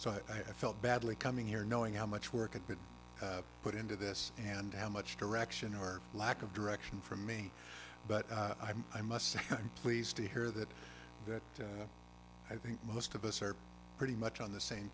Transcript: so i felt badly coming here knowing how much work a bit put into this and how much direction or lack of direction from me but i must say i'm pleased to hear that that i think most of us are pretty much on the same